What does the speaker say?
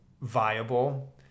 viable